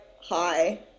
hi